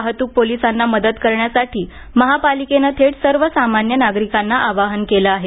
वाहतूक पोलिसांना मदत करण्यासाठी महापालिकेनं थेट सर्वसामान्य नागरिकांना आवाहन केलं आहे